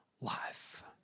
life